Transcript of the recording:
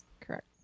Correct